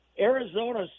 Arizona